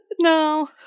no